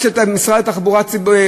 משרד התחבורה,